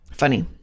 funny